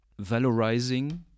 valorizing